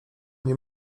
nie